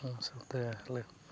ᱚᱱᱟ ᱥᱟᱶᱛᱮ ᱟᱞᱮ